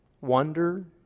wonder